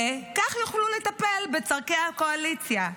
וכך יוכלו לטפל בצורכי הקואליציה,